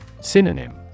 Synonym